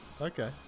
Okay